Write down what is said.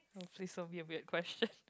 please don't give a weird question